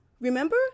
Remember